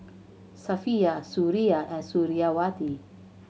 Safiya Suria and Suriawati